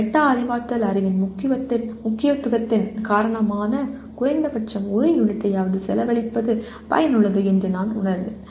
meta அறிவாற்றல் அறிவின் முக்கியத்துவத்தின் காரணமாக குறைந்தபட்சம் ஒரு யூனிட்டையாவது செலவழிப்பது பயனுள்ளது என்று நான் உணர்ந்தேன்